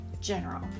general